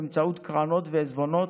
באמצעות קרנות ועיזבונות,